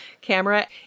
camera